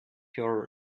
your